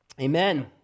Amen